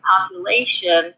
population